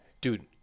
Dude